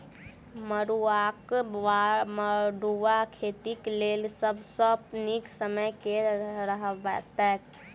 मरुआक वा मड़ुआ खेतीक लेल सब सऽ नीक समय केँ रहतैक?